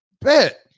Bet